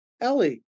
Ellie